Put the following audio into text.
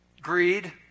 greed